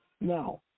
Now